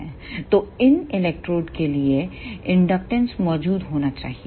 तो इन इलेक्ट्रोड के लिए इंडक्टेंस मौजूद होना चाहिए